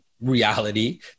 reality